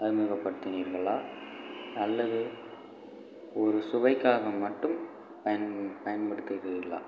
அறிமுகப்படுத்தினீர்களா அல்லது ஒரு சுவைக்காக மட்டும் பயன் பயன்படுத்தினீர்களா